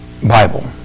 Bible